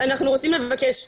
אנחנו רוצים לבקש,